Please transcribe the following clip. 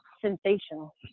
sensational